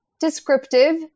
descriptive